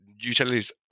utilities